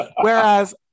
Whereas